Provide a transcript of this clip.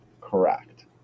correct